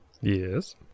Yes